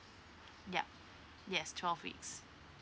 yup yes twelve weeks